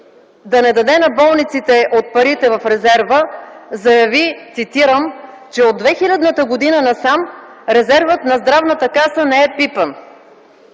да не даде на болниците от парите в резерва, заяви, цитирам: „че от 2000 г. насам резервът на Здравната каса не е пипан